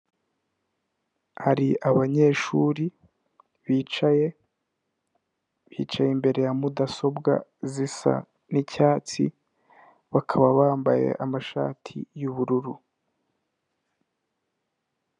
Hari abanyeshuri bicaye bicaye imbere ya mudasobwa zisa n'icyatsi bakaba bambaye amashati y'ubururu.